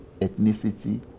ethnicity